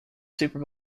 super